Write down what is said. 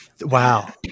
Wow